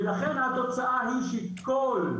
ולכן התוצאה היא שכל,